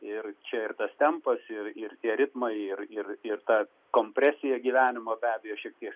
ir čia ir tas tempas ir ir tie ritmai ir ir ir ta kompresija gyvenimo be abejo šiek tiek